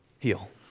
Heal